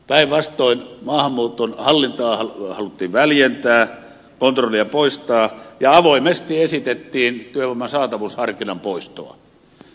päinvastoin maahanmuuton hallintaa haluttiin väljentää kontrollia poistaa ja avoimesti esitettiin työvoiman saatavusharkinnan poistoa